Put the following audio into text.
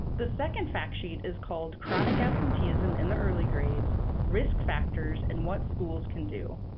the second fact sheet is called chronic absenteeism in the early grades risk factors and what schools can do.